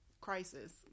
crisis